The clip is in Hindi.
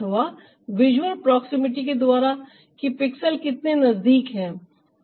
अथवा विजुअल प्रॉक्सिमिटी के द्वारा कि पिक्सेल कितने नजदीक हैं